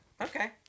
Okay